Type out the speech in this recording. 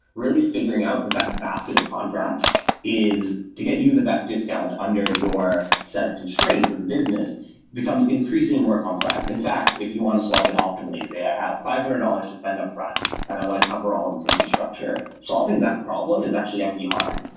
really figuring out the best and basket of contracts is to get you the best discount under your set of constraints as a business becomes increasingly more complex. in fact, if you want to solve it optimally, say i have five hundred dollars to spend upfront and i want to cover all of these infrastructure. solving that problem is actually going to be hard.